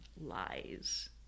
lies